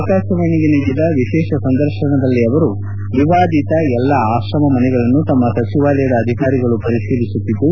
ಆಕಾಶವಾಣಿಗೆ ನೀಡಿದ ವಿಶೇಷ ಸಂದರ್ಶನದಲ್ಲಿ ಅವರು ವಿವಾದಿತ ಎಲ್ಲ ಆಶ್ರಮದ ಮನೆಗಳನ್ನು ತಮ್ಮ ಸಚಿವಾಲಯದ ಅಧಿಕಾರಿಗಳು ಪರಿಶೀಲಿಸುತ್ತಿದ್ದು